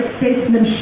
statesmanship